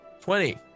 twenty